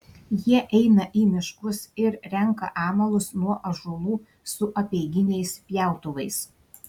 jie eina į miškus ir renka amalus nuo ąžuolų su apeiginiais pjautuvais